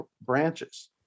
branches